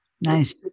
nice